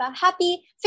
Happy